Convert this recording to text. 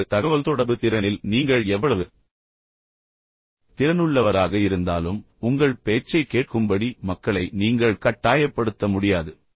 எனவே உங்கள் தகவல்தொடர்பு திறனில் நீங்கள் எவ்வளவு திறனுள்ளவராக இருந்தாலும் உங்கள் பேச்சைக் கேட்கும்படி மக்களை நீங்கள் கட்டாயப்படுத்த முடியாது